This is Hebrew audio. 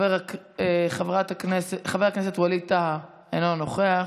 חבר הכנסת ווליד טאהא, אינו נוכח,